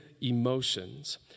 emotions